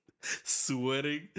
sweating